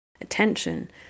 attention